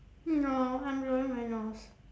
no I'm blowing my nose